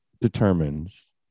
determines